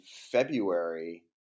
February